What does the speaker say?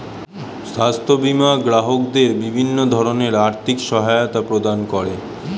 স্বাস্থ্য বীমা গ্রাহকদের বিভিন্ন ধরনের আর্থিক সহায়তা প্রদান করে